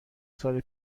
سال